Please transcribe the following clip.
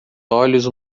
olhos